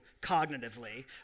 cognitively